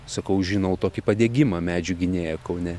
sakau žinau tokį padegimą medžių gynėją kaune